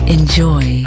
Enjoy